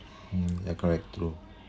mm ya correct true